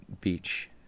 beach